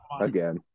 again